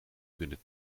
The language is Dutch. kunnen